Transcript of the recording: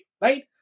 right